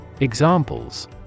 Examples